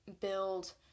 build